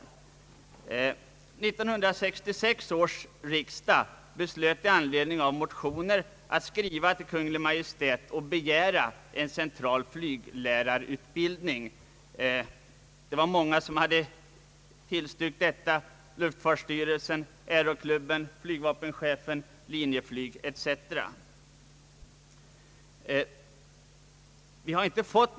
1966 års riksdag beslöt i anledning av motioner att skriva till Kungl. Maj:t och begära en central flyglärarutbildning. Många hade tillstyrkt detta förslag, luftfartsstyrelsen, Aeroklubben, Linjeflyg, flygvapenchefen etc.